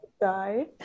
die